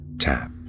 Tap